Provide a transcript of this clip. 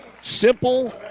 Simple